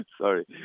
sorry